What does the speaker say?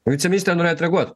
viceministre norėjot reaguot